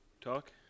talk